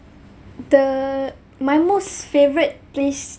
the my most favorite place